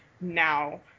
now